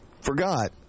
forgot